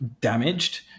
damaged